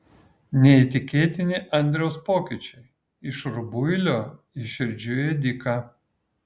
neįtikėtini andriaus pokyčiai iš rubuilio į širdžių ėdiką